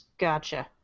Gotcha